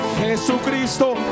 Jesucristo